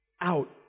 out